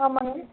ஆமாங்க